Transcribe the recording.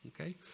okay